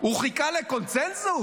הוא חיכה לקונסנזוס?